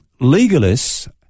Legalists